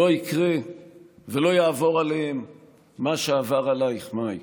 לא יקרה ולא יעבור עליהם מה שעבר עלייך, מאי.